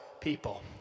people